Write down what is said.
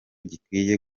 gikwiye